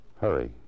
Hurry